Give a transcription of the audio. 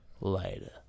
later